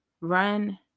Run